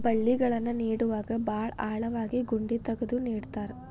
ಬಳ್ಳಿಗಳನ್ನ ನೇಡುವಾಗ ಭಾಳ ಆಳವಾಗಿ ಗುಂಡಿ ತಗದು ನೆಡತಾರ